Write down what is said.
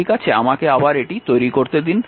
ঠিক আছে আমাকে আবার এটি তৈরি করতে দিন